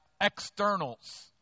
externals